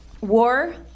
war